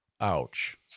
ouch